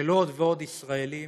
של עוד ועוד ישראלים